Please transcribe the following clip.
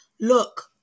Look